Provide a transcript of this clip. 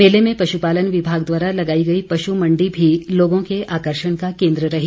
मेले में पशुपालन विभाग द्वारा लगाई गई पशु मंडी भी लोगों के आकर्षण का केन्द्र रही